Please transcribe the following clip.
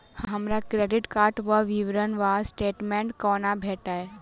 हमरा credit card केँ विवरण वा स्टेटमेंट कोना भेटत?